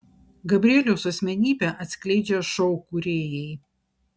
gabrieliaus asmenybę atskleidžia šou kūrėjai